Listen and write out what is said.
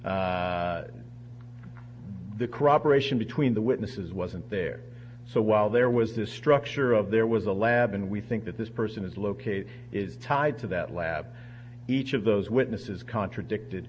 phones the crop aeration between the witnesses wasn't there so while there was this structure of there was a lab and we think that this person is located is tied to that lab each of those witnesses contradicted